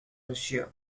russia